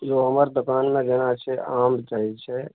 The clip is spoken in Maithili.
यौ हमर दोकानमे जेना छै आम रहय छै